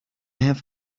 have